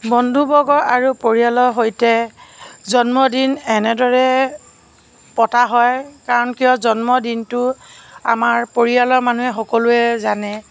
বন্ধুবৰ্গ আৰু পৰিয়ালৰ সৈতে জন্মদিন এনেদৰে পতা হয় কাৰণ কিয় জন্মদিনটো আমাৰ পৰিয়ালৰ মানুহে সকলোৱে জানে